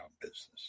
business